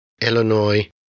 Illinois